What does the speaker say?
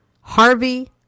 Harvey